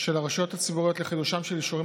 של הרשויות הציבוריות לחידושם של אישורים